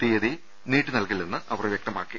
തിയതി നീട്ടി നൽകില്ലെന്നും അവർ വ്യക്തമാക്കി